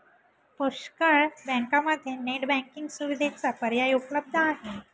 पुष्कळ बँकांमध्ये net banking सुविधेचा पर्याय उपलब्ध आहे